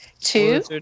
Two